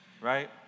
right